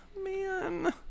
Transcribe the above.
Man